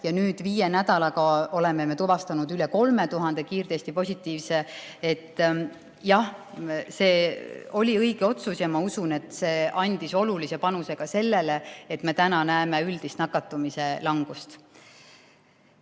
ja nüüd viie nädalaga oleme tuvastanud üle 3000 positiivse kiirtesti. Jah, see oli õige otsus ja ma usun, et see andis olulise panuse sellele, et me täna näeme üldist nakatumise langust.